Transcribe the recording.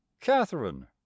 Catherine